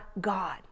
God